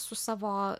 su savo